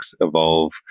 evolve